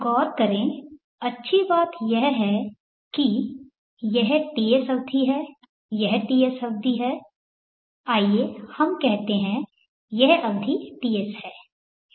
गौर करें अच्छी बात यह है कि यह Ts अवधि है यह Ts अवधि है आइए हम कहते हैं यह अवधि Ts है